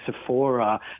Sephora